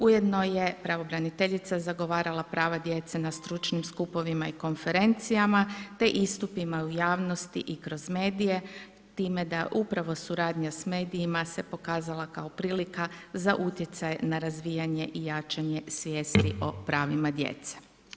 Ujedno je pravobraniteljica zagovarala prava djece na stručnim skupovima i konferencijama, te istupima u javnosti i kroz medije, time da upravo suradnja s medijima se pokazala kao prilika za utjecaj na razvijanje i jačanje svijesti o pravima djece.